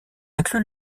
inclut